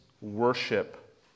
worship